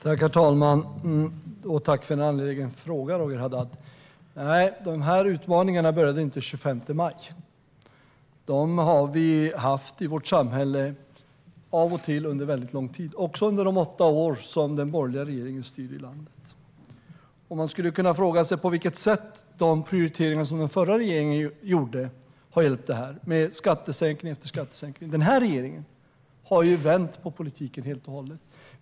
Herr talman! Tack för en angelägen fråga, Roger Haddad! Utmaningarna började inte den 25 maj. De har vi haft i vårt samhälle av och till under väldigt lång tid och också under de åtta år som den borgerliga regeringen styrde landet. Man skulle kunna fråga sig på vilket sätt de prioriteringar som den förra regeringen gjorde har hjälpt detta. Det var skattesänkning efter skattesänkning. Den här regeringen har vänt på politiken helt och hållet.